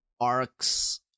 arcs